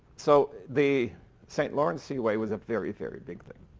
so the st. lawrence seaway was a very, very big thing.